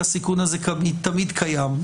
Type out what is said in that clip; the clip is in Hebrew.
כי הסיכון הזה תמיד קיים.